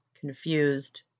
confused